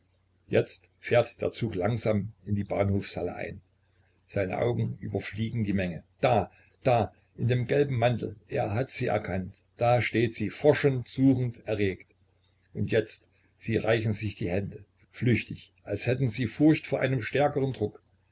jetzt fährt der zug langsam in die bahnhofshalle ein seine augen überfliegen die menge da da in dem gelben mantel er hat sie erkannt da steht sie forschend suchend erregt und jetzt sie reichen sich die hände flüchtig als hätten sie furcht vor einem stärkeren druck